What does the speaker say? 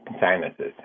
sinuses